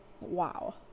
wow